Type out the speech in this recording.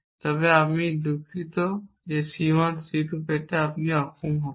তবে আপনি দুঃখিত C 1 এবং C 2 পেতে সক্ষম হবেন